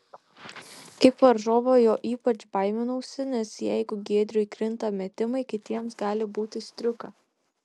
kaip varžovo jo ypač baiminausi nes jeigu giedriui krinta metimai kitiems gali būti striuka